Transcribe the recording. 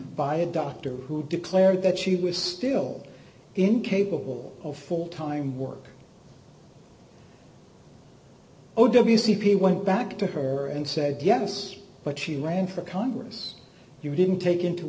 by a doctor who declared that she was still incapable of four time work oh w c p went back to her and said yes but she ran for congress you didn't take into